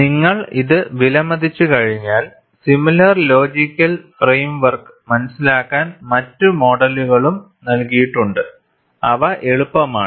നിങ്ങൾ ഇത് വിലമതിച്ചുകഴിഞ്ഞാൽ സിമിലർ ലോജിക്കൽ ഫ്രെയിം വർക്ക് മനസിലാക്കാൻ മറ്റ് മോഡലുകളും നൽകിയിട്ടുണ്ട് അവ എളുപ്പമാണ്